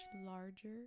larger